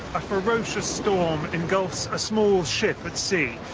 a ferocious storm engulfs a small ship at sea,